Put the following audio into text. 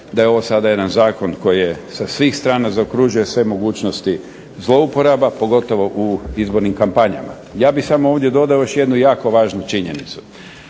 da je ovo sada jedan zakon koji je sa svih strana zaokružuje sve mogućnosti zlouporaba, pogotovo u izbornim kampanjama. Ja bih samo ovdje dodao još jednu jako važnu činjenicu.